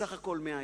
בסך הכול 100 ימים.